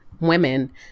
women